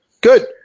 good